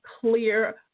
clear